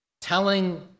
telling